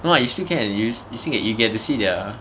no lah you still can use you still you get to see their